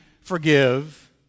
forgive